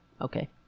okay